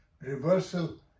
reversal